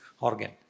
organ